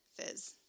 fizz